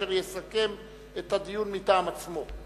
אשר יסכם את הדיון מטעם עצמו.